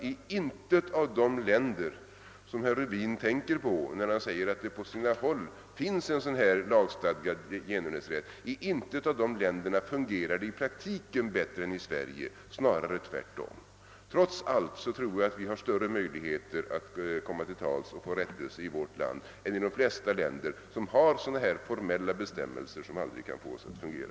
I intet av de länder, som herr Rubin tänker på när han säger att det på sina håll finns en lagstadgad genmälesrätt, fungerar denna i praktiken bättre än den i Sverige — snarare tvärtom. Trots allt tror jag att vi har större möjligheter att komma till tals och få rättelse i vårt land än vad man har i de flesta andra länder som har sådana här formella bestämmelser som aldrig kan fås att fungera.